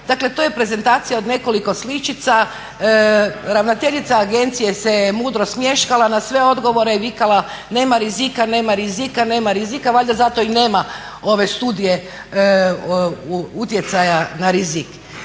Dakle, to je prezentacija od nekoliko sličica. Ravnateljica agencije se mudro smješkala, na sve odgovore je vikala nema rizika, nema rizika valjda zato i nema ove studije utjecaja na rizik.